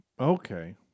Okay